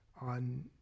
on